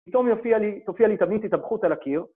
פתאום תופיע לי תבנית התאבכות על הקיר.